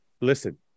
Listen